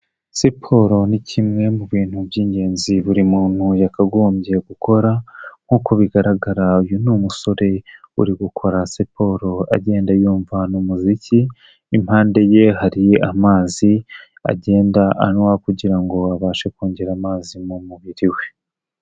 Siporo ni kimwe mu bintu by'ingenzi buri muntu yakagombye gukora nkuko bigaragara uyu ni umusore uri gukora siporo agenda yumva n'umuziki, impande ye hari amazi agenda anywa kugira ngo abashe kongera amazi mu mubiri we.